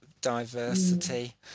diversity